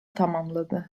tamamladı